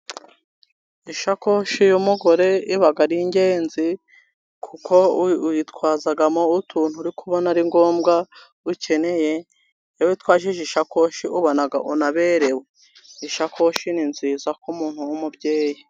Isakoshi y'umugore iba ari ingenzi kuko uyitwazamo utuntu uri kubona ari ngombwa ukene, Iyo witaje isakoshi ubona unaberewe. Isakoshi ni nziza ku umuntuntu w'umubyeyi.